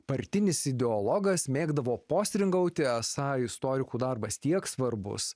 partinis ideologas mėgdavo postringauti esą istorikų darbas tiek svarbus